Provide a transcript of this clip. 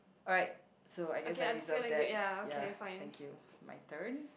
alright so I guess I deserve that ya thank you my turn